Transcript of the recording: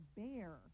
bear